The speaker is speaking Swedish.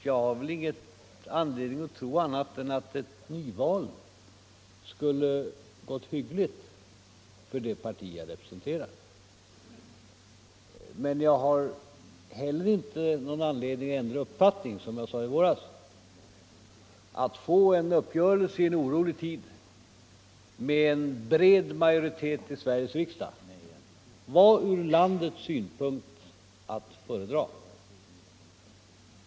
Jag har väl ingen anledning att tro annat än att ett nyval skulle ha gått hyggligt för det parti jag representerar. Men jag har heller inte någon anledning att ändra uppfattning, som jag sade i våras. Att få en uppgörelse i en orolig tid med en bred majoritet i Sveriges riksdag var ur landets synpunkt att föredra.